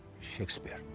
Shakespeare